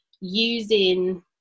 using